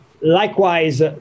likewise